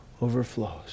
overflows